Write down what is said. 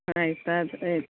ಆಯ್ತು ಅದು